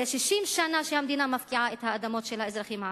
זה 60 שנה שהמדינה מפקיעה את האדמות של האזרחים הערבים,